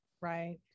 Right